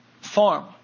farm